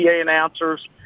announcers